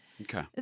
Okay